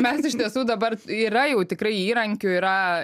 mes iš tiesų dabar yra jau tikrai įrankių yra